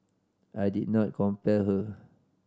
I did not compel her